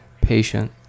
patient